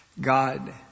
God